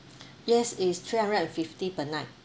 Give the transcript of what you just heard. yes is three hundred and fifty per night